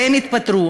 והם התפטרו.